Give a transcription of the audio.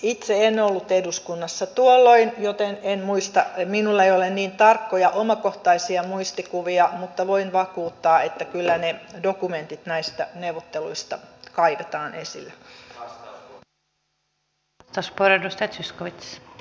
itse en ollut eduskunnassa tuolloin joten en muista minulla ei ole niin tarkkoja omakohtaisia muistikuvia mutta voin vakuuttaa että kyllä ne dokumentit näistä neuvotteluista kaivetaan esille